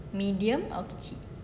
medium or kecil